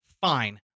fine